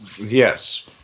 Yes